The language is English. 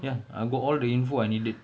ya I got all the info I needed